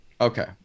okay